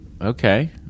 okay